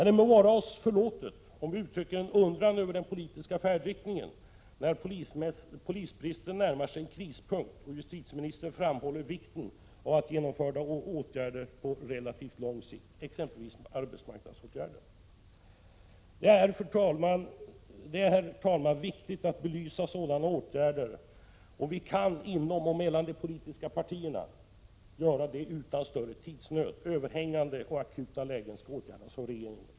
Det må vara oss förlåtet om vi uttrycker en undran över den politiska färdriktningen, när polisbristen närmar sig en krispunkt och justitieministern framhåller vikten av att genomföra åtgärder med verkan på relativt lång sikt, exempelvis arbetsmarknadsåtgärder. Det är, herr talman, viktigt att belysa sådana åtgärder. Det kan vi emellertid göra inom och mellan de politiska partierna utan större tidsnöd. Överhängande och akuta lägen skall åtgärdas av regeringen.